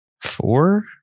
four